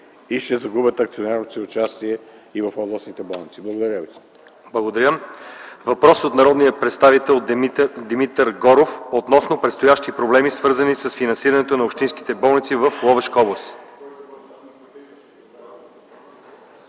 и ще загубят акционерното си участие и в областните болници. Благодаря ви.